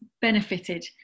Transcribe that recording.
benefited